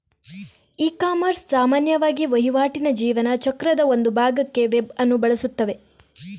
ecommerce ಸಾಮಾನ್ಯವಾಗಿ ವಹಿವಾಟಿನ ಜೀವನ ಚಕ್ರದ ಒಂದು ಭಾಗಕ್ಕೆ ವೆಬ್ ಅನ್ನು ಬಳಸುತ್ತದೆ